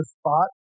spot